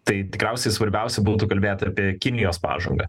tai tikriausiai svarbiausia būtų kalbėti apie kinijos pažangą